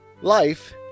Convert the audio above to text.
Life